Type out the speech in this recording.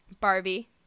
Barbie